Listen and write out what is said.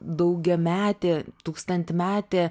daugiametė tūkstantmetė